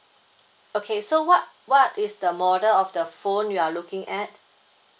okay so what what is the model of the phone you are looking at